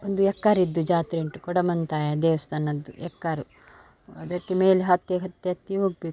ಒಂದು ಎಕ್ಕಾರಿದ್ದು ಜಾತ್ರೆ ಉಂಟು ಕೊಡಮಣಿತ್ತಾಯ ದೇವಸ್ಥಾನ ಅಂತ ಎಕ್ಕಾರು ಅದಕ್ಕೆ ಮೇಲೆ ಹತ್ತಿ ಹತ್ತಿ ಹತ್ತಿ ಹೋಗಬೇಕು